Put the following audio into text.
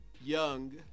Young